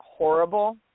Horrible